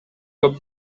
көп